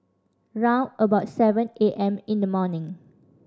round about seven A M in the morning